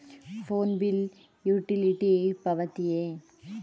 Phone bill utility ಪಾವತಿಯೇ?